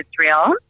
israel